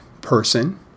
person